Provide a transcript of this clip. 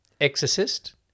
Exorcist